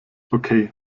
okay